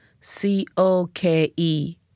C-O-K-E